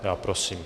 Já prosím.